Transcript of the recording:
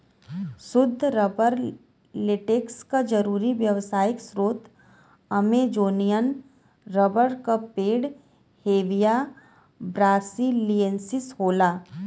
सुद्ध rubber latex क जरुरी व्यावसायिक स्रोत अमेजोनियन रबर क पेड़ हेविया ब्रासिलिएन्सिस होला